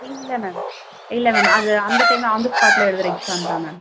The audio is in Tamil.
இல்லை மேம் இல்லை மேம் அது அந்த டைமில் ஆன் தி ஸ்பாட்டில் எழுதுகிற எக்ஸாம் தான் மேம்